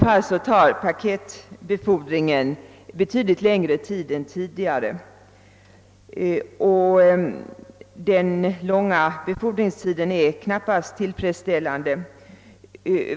Den långa befordringstiden är knappast tillfredsställande.